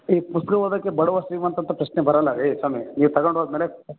ಈ ಪುಸ್ತಕ ಓದೋಕ್ಕೆ ಬಡವ ಶ್ರೀಮಂತ ಅಂತ ಪ್ರಶ್ನೆ ಬರೋಲ್ಲ ರೀ ಸ್ವಾಮಿ ನೀವು ತಗೊಂಡು ಹೋದ ಮೇಲೆ